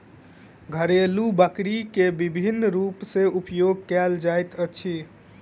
घरेलु बकरी के विभिन्न रूप सॅ उपयोग कयल जाइत अछि